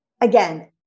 again